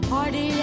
Party